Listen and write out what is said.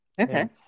Okay